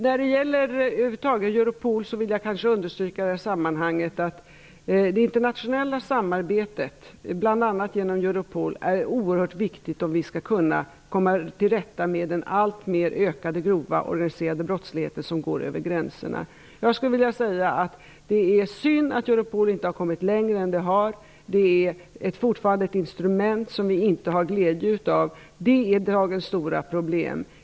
När det gäller Europol vill jag i det här sammanhanget understryka att det internationella samarbetet, bl.a. genom Europol, är oerhört viktigt om vi skall kunna komma till rätta med den alltmer ökande grova organiserade brottsligheten som går över gränserna. Jag skulle vilja säga att det är synd att Europol inte har kommit längre än det har gjort. Det är fortfarande ett instrument som vi inte har någon glädje av. Det är dagens stora problem.